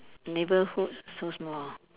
neighbourhood so small